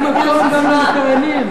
אין מקום גם לקיימים.